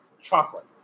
chocolate